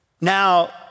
Now